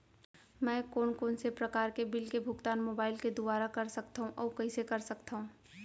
मैं कोन कोन से प्रकार के बिल के भुगतान मोबाईल के दुवारा कर सकथव अऊ कइसे कर सकथव?